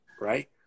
right